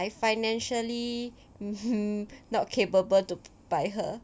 I financially mmhmm not capable to buy her